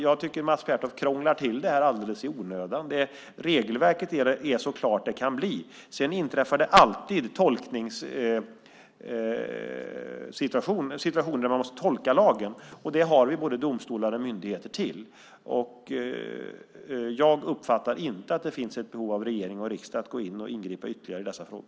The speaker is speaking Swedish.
Jag tycker att Mats Pertoft krånglar till det här alldeles i onödan. Regelverket är så klart det kan bli. Sedan inträffar det alltid tolkningssituationer, situationer där man måste tolka lagen. För det har vi både domstolar och myndigheter. Jag uppfattar inte att det finns ett behov av att regering och riksdag går in och ingriper ytterligare i dessa frågor.